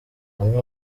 amwe